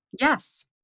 Yes